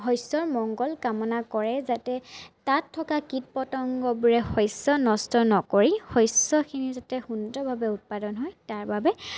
শস্যৰ মঙ্গল কামনা কৰে যাতে তাত থকা কীট পতঙ্গবোৰে শস্য নষ্ট নকৰি শস্যখিনি যাতে সুন্দৰভাৱে উৎপাদন হয় তাৰ বাবে